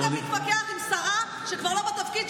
מה אתה מתווכח עם שרה שכבר לא בתפקיד,